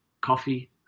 coffee